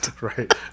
right